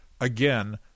again